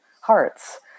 hearts